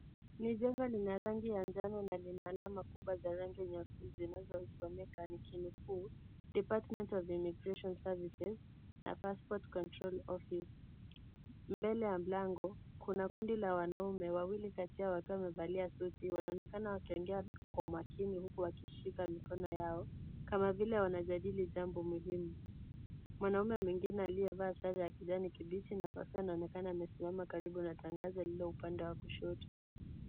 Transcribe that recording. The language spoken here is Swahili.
Ni jengo lina rangi ya njano na lina alama kubwa za rangi nyeusi zinazosomeka nikinukuu department of immigration services , passport control office . Mbele ya mlango kuna kundi la wanaume wawili kati yao wakiwa wamevalia suti wanaonekana wakiongea kwa umakini huku wakishika mikono yao kama vile wanajadili jambo muhimu. Mwanaume mwingine aliyevaa sare ya kijani kibichi na kofia anaonekana amesimama karibu na tangazo lililo upande wa kushoto.